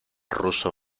ruso